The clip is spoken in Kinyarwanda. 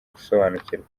gusobanukirwa